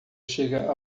chega